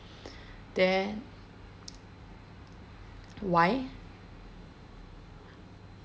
then why